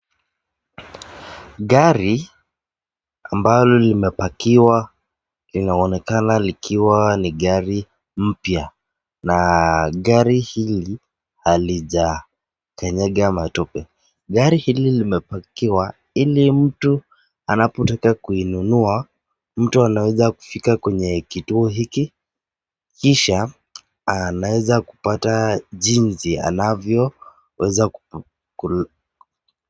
Gari ambalo limepakiwa inaonekana ikiwa ni gari mpya na gari hili halijakanyaka matope gari hili limebakiwa hili mtu anapotaka kununua mtu anaeza Kuna kwenye kituo hiki kisha anaeza kupata jinzi anavyo nunua.